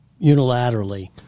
unilaterally –